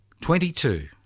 twenty-two